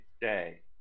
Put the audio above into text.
day